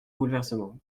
bouleversement